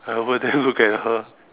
I over there look at her